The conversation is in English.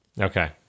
Okay